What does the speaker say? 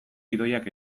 idoiak